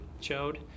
showed